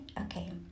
okay